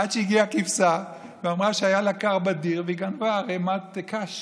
עד שהגיעה כבשה ואמרה שהיה לה קר בדיר והיא גנבה ערמת קש